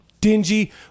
dingy